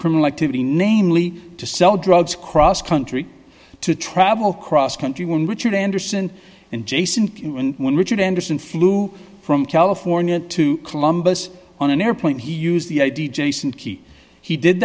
criminal activity namely to sell drugs cross country to travel cross country when richard anderson and jason when richard anderson flew from california to columbus on an airplane he used the i d jason key he did